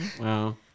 Wow